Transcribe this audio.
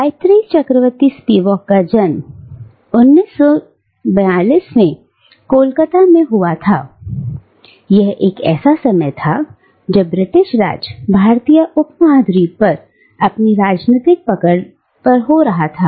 Gayatri Chakravorty Spivak का जन्म 1942 में कोलकाता में हुआ था और यह एक ऐसा समय था जब ब्रिटिश राज भारतीय उपमहाद्वीप पर अपनी राजनीतिक पकड़ हो रहा था